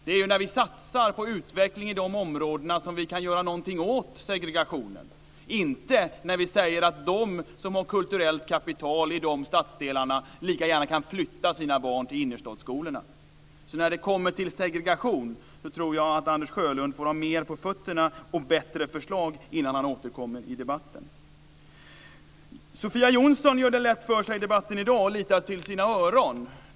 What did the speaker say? Det är när vi satsar på utveckling i de områden det gäller som vi kan göra någonting åt segregationen, inte när vi säger att de som har kulturellt kapital i de stadsdelarna lika gärna kan flytta sina barn till innerstadsskolorna. När det gäller segregation tror jag att Anders Sjölund får ha mer på fötterna och bättre förslag innan han återkommer i debatten. Sofia Jonsson gör det lätt för sig i debatten i dag och litar till sina öron.